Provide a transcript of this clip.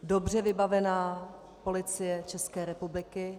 Dobře vybavená Policie České republiky.